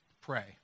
Pray